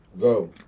Go